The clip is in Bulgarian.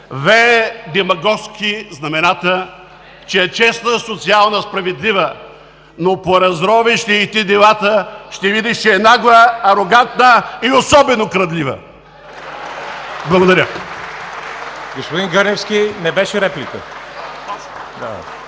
вее демагогски знамената, че е честна, социална, справедлива, но поразровиш ли й ти делата ще я видиш, че е нагла, арогантна и особено крадлива!“ Благодаря.